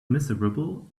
miserable